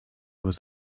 was